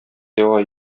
дәва